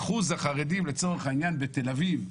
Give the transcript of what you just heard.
אחוז החרדים, לצורך העניין, בתל-אביב,